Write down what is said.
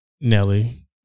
Nelly